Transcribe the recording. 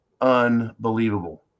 Unbelievable